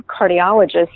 cardiologist